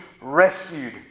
rescued